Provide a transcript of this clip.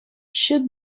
should